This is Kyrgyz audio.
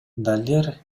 далер